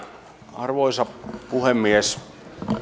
arvoisa puhemies